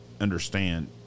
understand